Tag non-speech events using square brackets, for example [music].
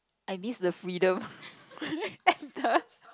I miss the freedom [laughs] and the